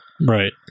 Right